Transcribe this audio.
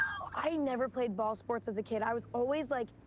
i never played ball sports as a kid. i was always, like,